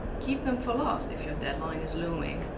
keep them for last, if your deadline is looming.